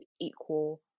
equal